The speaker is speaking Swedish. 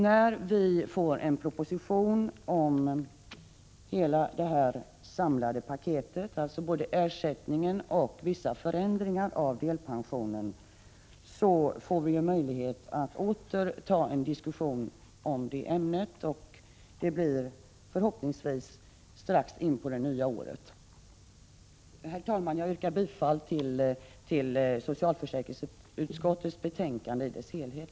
När vi får en proposition om det samlade paketet — alltså både ersättningen och vissa förändringar av delpensionen — blir det tillfälle att återigen föra en diskussion om ämnet. Detta kan förhoppningsvis ske ganska snart efter årsskiftet. Herr talman! Jag yrkar bifall till hemställan i socialförsäkringsutskottets betänkande i dess helhet.